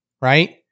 right